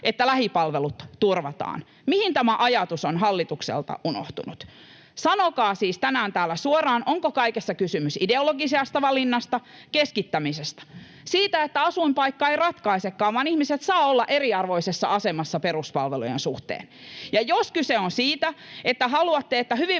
että lähipalvelut turvataan. Mihin tämä ajatus on hallitukselta unohtunut? Sanokaa siis tänään täällä suoraan, onko kaikessa kysymys ideologisesta valinnasta, keskittämisestä, siitä, että asuinpaikka ei ratkaisekaan vaan ihmiset saavat olla eriarvoisessa asemassa peruspalvelujen suhteen. Ja jos kyse on siitä, että haluatte, että hyvinvointialueita